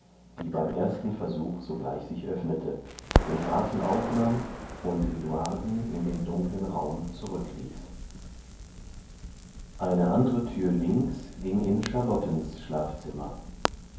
die beim ersten versuch sogleich sich öffnete den grafen aufnahm und eduarden in dem dunklen raum zurückließ eine andre türe links ging in charlottens schlafzimmer